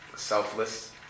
Selfless